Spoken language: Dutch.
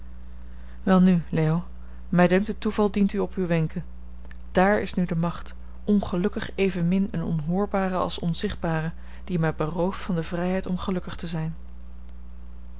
welnu leo mij dunkt het toeval dient u op uwe wenken dààr is nu de macht ongelukkig evenmin eene onhoorbare als onzichtbare die mij berooft van de vrijheid om gelukkig te zijn